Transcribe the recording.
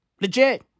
Legit